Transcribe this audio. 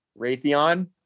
Raytheon